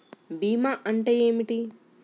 భీమా అంటే ఏమిటి?